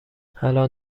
الان